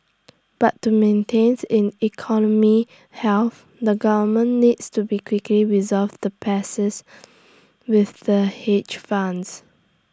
but to maintains in economy health the government needs to be quickly resolve the passes with the hedge funds